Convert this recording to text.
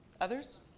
Others